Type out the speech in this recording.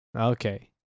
Okay